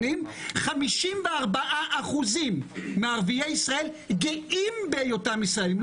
54% מערביי ישראל גאים בהיותם ישראלים.